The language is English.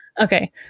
Okay